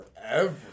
forever